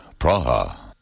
Praha